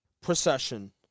procession